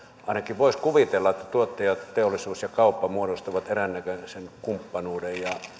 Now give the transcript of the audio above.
ainakin voisi kuvitella että tuottajat teollisuus ja kauppa muodostavat eräännäköisen kumppanuuden ja